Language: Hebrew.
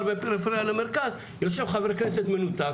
בין פריפריה למרכז יושב חבר כנסת מנותק,